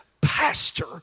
pastor